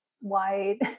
white